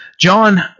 John